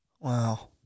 Wow